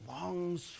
longs